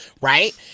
right